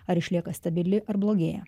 ar išlieka stabili ar blogėja